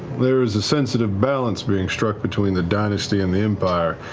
there is a sensitive balance being struck between the dynasty and the empire.